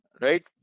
right